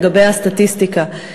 לגבי הסטטיסטיקה: